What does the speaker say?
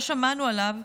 לא שמענו עליו,